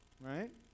Right